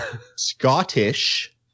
scottish